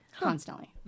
constantly